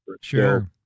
Sure